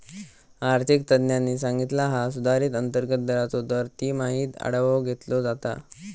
आर्थिक तज्ञांनी सांगितला हा सुधारित अंतर्गत दराचो दर तिमाहीत आढावो घेतलो जाता